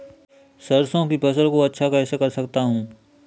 सरसो की फसल को अच्छा कैसे कर सकता हूँ?